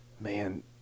man